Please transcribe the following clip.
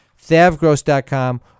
thavgross.com